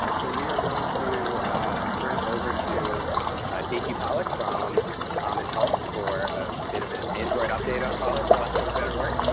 ah so we are going to turn it over to jp pollock from common health for a bit of an android update. i'll call it, for lack ah of a better word,